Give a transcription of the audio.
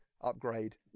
upgrade